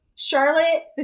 Charlotte